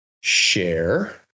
Share